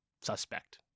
suspect